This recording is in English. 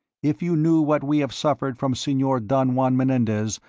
if you knew what we have suffered from senor don juan menendez,